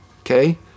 Okay